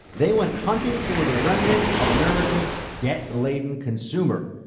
they went hunting for the remnants of america's debt-laden consumer.